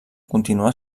continuà